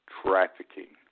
trafficking